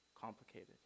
complicated